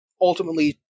ultimately